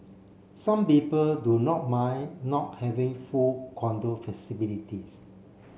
some people do not mind not having full condo facilities